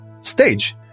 stage